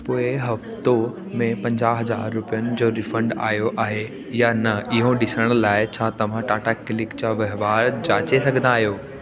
पोए हफ़्तो में पंजाहु हज़ार रुपियनि जो रीफंड आयो आहे या न इहो ॾिसण लाइ इछा तव्हां टाटा क्लिक जा वहिंवार जाचे सघंदा आहियो